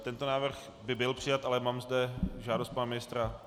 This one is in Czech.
Tento návrh by byl přijat, ale mám zde žádost pana ministra...